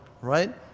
Right